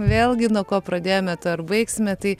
vėlgi nuo ko pradėjome tuo ir baigsime tai